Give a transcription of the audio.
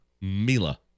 Mila